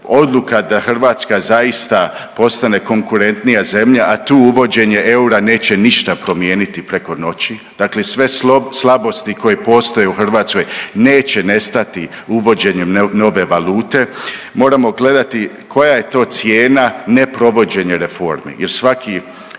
odluka da Hrvatska zaista postane konkurentnija zemlja, a tu uvođenje eura neće ništa promijeniti preko noći, dakle sve slabosti koje postoje u Hrvatskoj neće nestati uvođenjem nove valute. Moramo gledati koja je to cijena neprovođenja reformi jer svaki